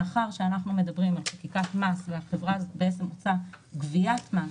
מאחר ואנחנו מדברים על חקיקת מס והחברה הזאת בעצם עושה גביית מס,